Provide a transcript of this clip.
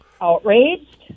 outraged